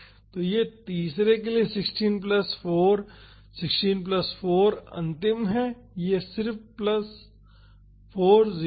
तो तीसरे के लिए 16 प्लस 4 16 प्लस 4 अंतिम है यह सिर्फ 4 प्लस 0 है